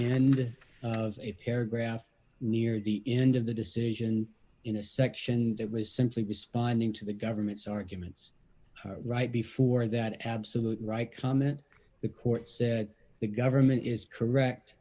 and the paragraph near the end of the decision in a section that was simply responding to the government's arguments right before that absolute right comment the court said the government is corr